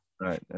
Right